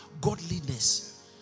godliness